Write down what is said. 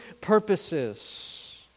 purposes